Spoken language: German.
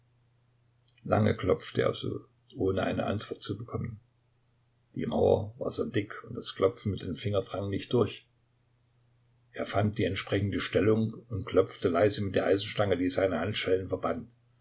lange klopfte er so ohne eine antwort zu bekommen die mauer war sehr dick und das klopfen mit dem finger drang nicht durch er fand die entsprechende stellung und klopfte leise mit der eisenstange die seine handschellen